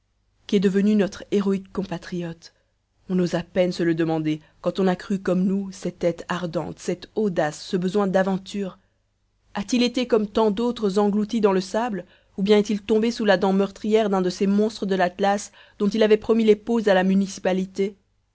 qu'est devenu notre héroïque compatriote on ose à peine se le demander quand on a connu comme nous cette tête ardente cette audace ce besoin d'aventures a-t-il été comme tant d'autres englouti dans le sable ou bien est-il tombé sous la dent meurtrière d'un de ces monstres de l'atlas dont il avait promis les peaux à la municipalité